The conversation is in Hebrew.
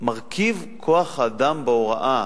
מרכיב כוח-האדם בהוראה,